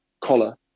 collar